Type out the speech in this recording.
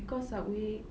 cause subway